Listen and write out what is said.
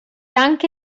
anche